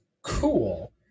cool